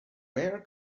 where